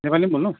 नेपालीमा भन्नु